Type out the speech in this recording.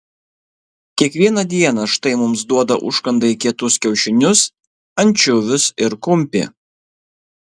kiekvieną dieną štai mums duoda užkandai kietus kiaušinius ančiuvius ir kumpį